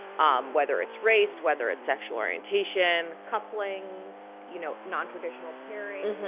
um whether it's race, whether it's sexual orientation couplings, you know nontraditional pairings,